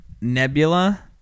Nebula